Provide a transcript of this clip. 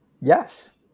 Yes